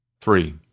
three